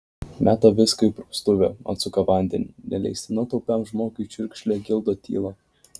meta viską į praustuvę atsuka vandenį neleistina taupiam žmogui čiurkšlė gildo tylą